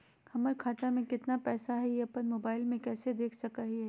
हमर खाता में केतना पैसा हई, ई अपन मोबाईल में कैसे देख सके हियई?